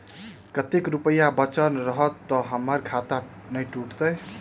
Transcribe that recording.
कतेक रुपया बचल रहत तऽ हम्मर खाता नै टूटत?